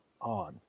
on